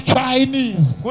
Chinese